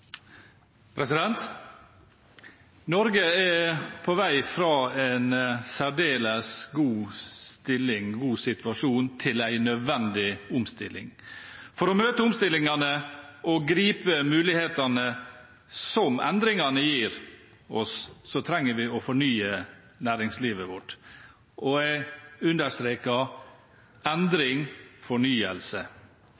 på vei fra en særdeles god situasjon til en nødvendig omstilling. For å møte omstillingene og gripe mulighetene som endringene gir oss, trenger vi å fornye næringslivet vårt. Jeg understreker